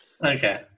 Okay